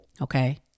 okay